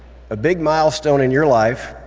a big milestone in your life,